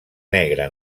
negre